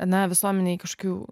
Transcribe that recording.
na visuomenei kažkokių